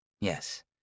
Yes